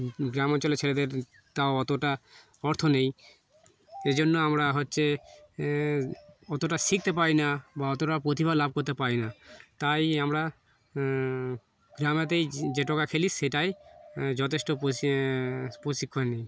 গ্রাম অঞ্চলের ছেলেদের তাও অতটা অর্থ নেই এজন্য আমরা হচ্ছে অতটা শিখতে পাই না বা অতটা প্রতিভা লাভ করতে পাই না তাই আমরা গ্রামেতেই যে টোকা খেলি সেটাই যথেষ্ট প্রশিক্ষণ নেই